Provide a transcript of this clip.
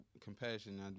compassion